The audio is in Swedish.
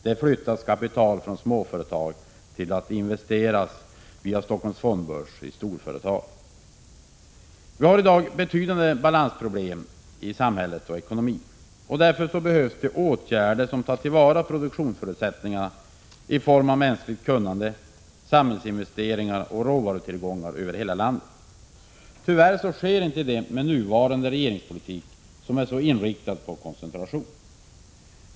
Det flyttas kapital från småföretag till att via Stockholms fondbörs investeras i storföretag. Vi har i dag betydande balansproblem i samhället och ekonomin. Därför behövs det åtgärder som tar till vara produktionsförutsättningar i form av mänskligt kunnande, samhällsinvesteringar och råvarutillgångar över hela landet. Tyvärr sker inte det med nuvarande regeringspolitik, som är så inriktad på koncentration.